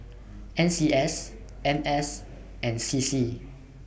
N C S N S and C C